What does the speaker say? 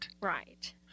Right